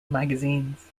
magazines